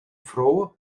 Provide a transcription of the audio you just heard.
froh